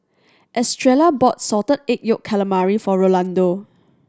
Estrella bought Salted Egg Yolk Calamari for Rolando